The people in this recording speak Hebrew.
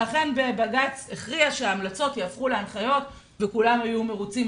ואכן בג"צ הכריע שההמלצות יהפכו להנחיות וכולם היו מרוצים,